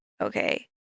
okay